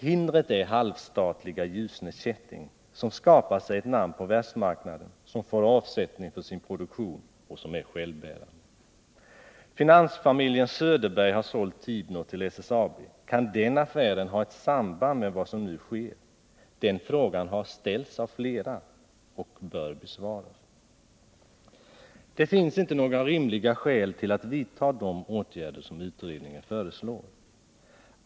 Hindret är det halvstatliga Ljusne Kätting, som skapat sig ett namn på världsmarknaden, som får avsättning för sin produktion och som är självbärande. Finansfamiljen Söderberg har sålt Tibnor till SSAB. Kan den affären ha ett samband med vad som nu sker? Den frågan har ställts av flera och bör besvaras. Det finns inte några rimliga skäl till att vidta de åtgärder som utredningen föreslår.